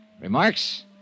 Remarks